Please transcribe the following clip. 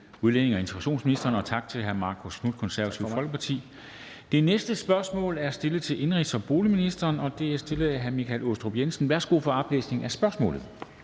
udlændinge- og integrationsministeren, og tak til hr. Marcus Knuth, Det Konservative Folkeparti. Det næste spørgsmål er til indenrigs- og boligministeren, og det er stillet af hr. Michael Aastrup Jensen. Kl. 14:01 Spm.